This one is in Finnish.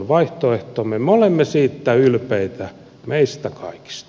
me olemme siitä ylpeitä meistä kaikista